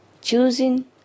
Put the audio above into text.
choosing